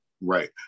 Right